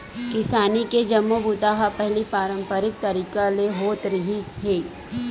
किसानी के जम्मो बूता ह पहिली पारंपरिक तरीका ले होत रिहिस हे